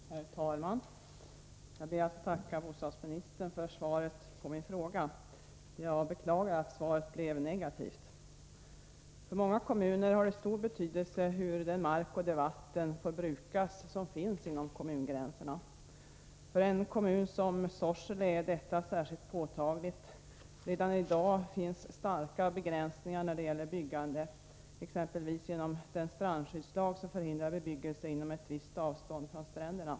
Herr talman! Jag ber att få tacka bostadsministern för svaret på min fråga. Jag beklagar att det blev ett negativt svar. För många kommuner är det av stor betydelse hur den mark och det vatten får brukas som finns inom kommungränserna. För en kommun som Sorsele är detta särskilt påtagligt. Begränsningarna är redan i dag stora när det gäller byggandet, t.ex. genom den strandskyddslag som förhindrar bebyggelse inom ett visst avstånd från stränderna.